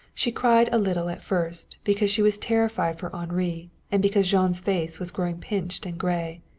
she cried a little at first, because she was terrified for henri and because jean's face was growing pinched and gray.